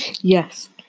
Yes